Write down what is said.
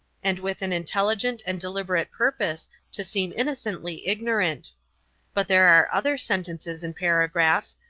and with an intelligent and deliberate purposes to seem innocently ignorant but there are other sentences, and paragraphs,